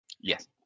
Yes